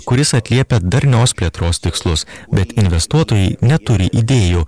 kuris atliepia darnios plėtros tikslus bet investuotojai neturi idėjų